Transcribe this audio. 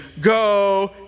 Go